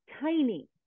tiny